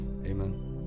Amen